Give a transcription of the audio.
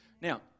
Now